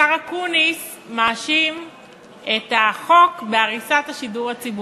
השר אקוניס מאשים את החוק בהריסת השידור הציבורי.